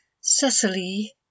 Cecily